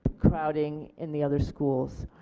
crowding in the other schools.